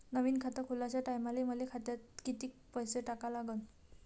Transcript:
नवीन खात खोलाच्या टायमाले मले खात्यात कितीक पैसे टाका लागन?